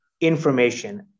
information